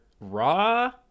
raw